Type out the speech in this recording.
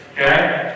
okay